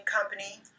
company